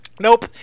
Nope